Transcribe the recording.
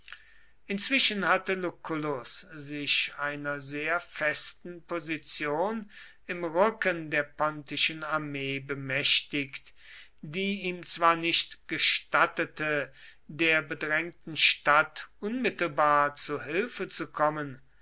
inzwischen hatte lucullus sich einer sehr festen position im rücken der pontischen armee bemächtigt die ihm zwar nicht gestattete der bedrängten stadt unmittelbar zu hilfe zu kommen